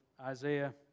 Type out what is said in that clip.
Isaiah